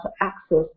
access